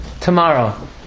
tomorrow